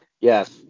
Yes